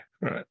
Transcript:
right